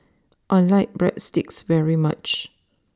I like Breadsticks very much